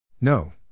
No